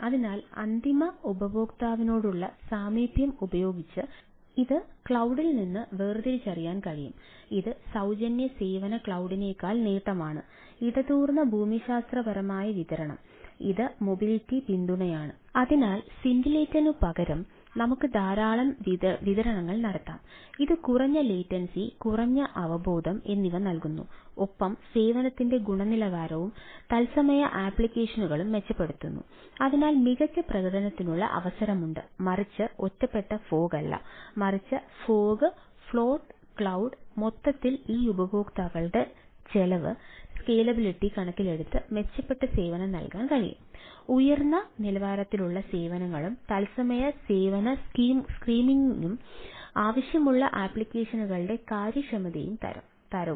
അതിനാൽ അന്തിമ ഉപയോക്താവിനോടുള്ള സാമീപ്യം ഉപയോഗിച്ച് ഇത് ക്ലൌഡി കാര്യക്ഷമതയും തരവും